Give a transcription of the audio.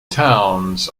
towns